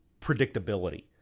predictability